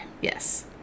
Yes